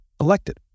elected